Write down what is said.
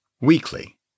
Weekly